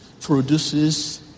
produces